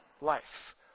life